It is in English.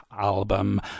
album